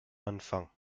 anfang